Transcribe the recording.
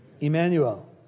Emmanuel